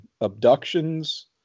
abductions